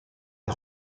est